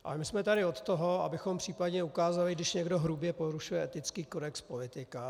Ale my jsme tady od toho, abychom případně ukázali, když někdo hrubě porušuje etický kodex politika.